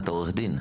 אתה עורך דין.